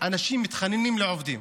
אנשים מתחננים לעובדים.